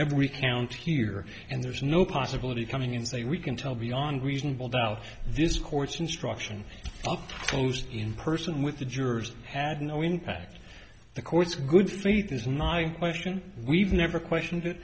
every count here and there's no possibility coming in say we can tell beyond reasonable doubt discourse instruction up close in person with the jurors had no impact the court's good faith is not my question we've never questioned it